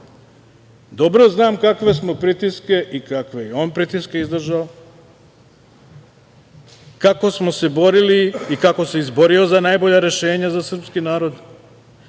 dobro znam kakve smo pritiske i kakve je on pritiske izdržao, kako smo se borili i kako se izborio za najbolja za srpski narod,